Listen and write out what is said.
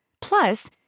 Plus